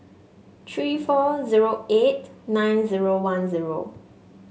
three four zero eight nine zero one zero